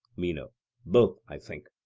meno both, i think.